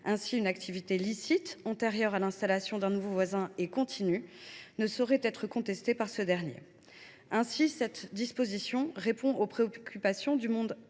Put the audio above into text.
Ainsi, une activité licite, antérieure à l’installation d’un nouveau voisin et continue ne saurait être contestée par ce dernier. Cette disposition répond aux préoccupations du monde rural